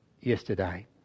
yesterday